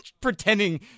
pretending